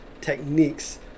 techniques